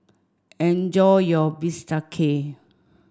enjoy your Bistake